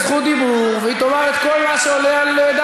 אז יש פה בוגדת אחרת, את הכנסת מבפנים.